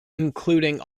including